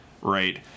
right